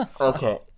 Okay